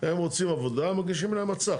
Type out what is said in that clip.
הם רוצים עבודה, מגישים להם הצעה.